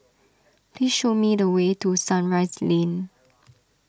please show me the way to Sunrise Lane